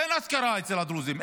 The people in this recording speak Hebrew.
אין השכרה אצל הדרוזים,